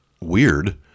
weird